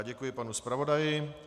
Děkuji panu zpravodaji.